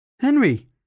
Henry